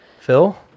Phil